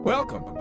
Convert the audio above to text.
Welcome